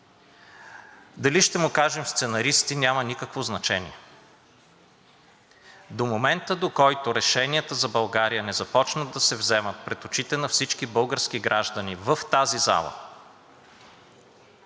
дали ще му кажем сценаристи, няма никакво значение. До момента, до който решенията за България не започнат да се вземат пред очите на всички български граждани в тази зала,